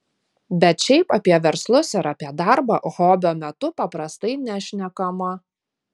bet šiaip apie verslus ir apie darbą hobio metu paprastai nešnekama